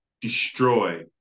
destroy